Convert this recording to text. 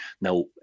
Now